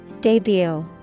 Debut